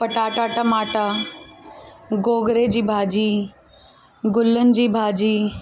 पटाटा टमाटा गोगिड़े जी भाॼी गुलनि जी भाॼी